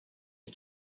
you